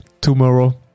tomorrow